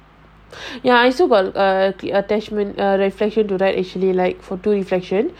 ya I also got err the attachment uh reflection to write actually like for two reflection